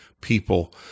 people